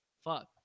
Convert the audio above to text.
Fuck